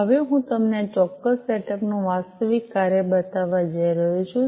હવે હું તમને આ ચોક્કસ સેટઅપ નું વાસ્તવિક કાર્ય બતાવવા જઈ રહ્યો છું